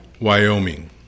Wyoming